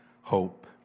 hope